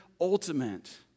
ultimate